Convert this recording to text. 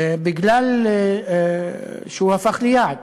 כי הוא הפך ליעד.